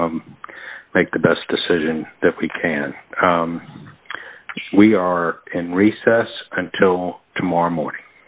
make the best decision that we can we are in recess until tomorrow morning